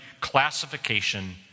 classification